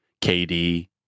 kd